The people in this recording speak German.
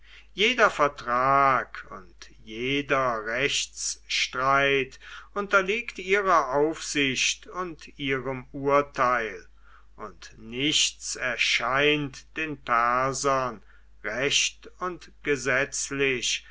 jeder vertrag und jeder rechtsstreit unterliegt ihrer aufsicht und ihrem urteil und nichts erscheint den persern recht und gesetzlich